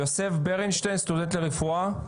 יוסף ברנשטיין, סטודנט לרפואה.